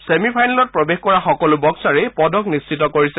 semi ফাইনেলত প্ৰৱেশ কৰা সকলো বক্সাৰেই পদক নিশ্চিত কৰিছে